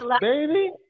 baby